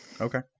Okay